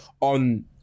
on